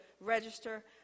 register